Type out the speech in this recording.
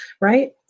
right